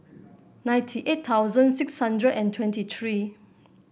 ninety eight thousand six hundred and twenty three